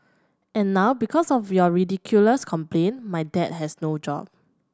and now because of your ridiculous complaint my dad has no job